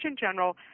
General